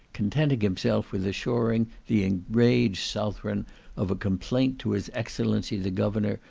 contenting himself with assuring the enraged southron of a complaint to his excellency the governor,